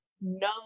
no